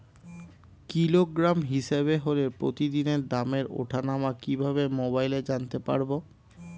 Kilogram হিসাবে হলে প্রতিদিনের দামের ওঠানামা কিভাবে মোবাইলে জানতে পারবো?